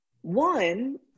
One